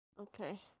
Okay